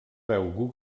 veu